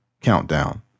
countdown